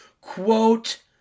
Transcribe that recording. quote